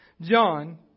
John